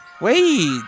Wait